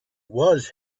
was